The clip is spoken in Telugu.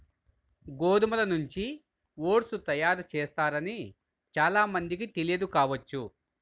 గోధుమల నుంచి ఓట్స్ తయారు చేస్తారని చాలా మందికి తెలియదు కావచ్చు